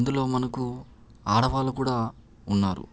ఇందులో మనకు ఆడవాళ్ళు కూడా ఉన్నారు